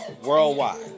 worldwide